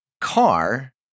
car